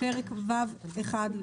פרק ו'1,